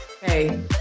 Hey